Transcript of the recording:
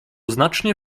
znacznie